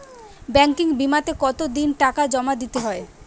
Banking বিমাতে কত দিন টাকা জমা দিতে হয়?